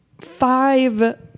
five